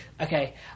okay